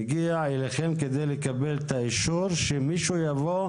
מגיע אליכם כדי לקבל את האישור שמישהו יבוא,